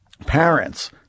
parents